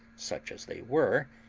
such as they were,